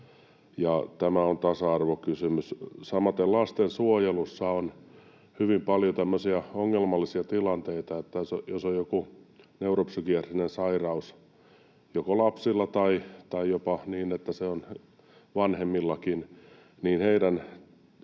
tämä on tasa-arvokysymys. Samaten lastensuojelussa on hyvin paljon tämmöisiä ongelmallisia tilanteita, että jos on joku neuropsykiatrinen sairaus lapsilla tai jopa niin,